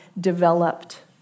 developed